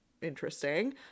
Interesting